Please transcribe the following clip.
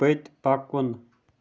پٔتۍ پکُن